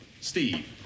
Steve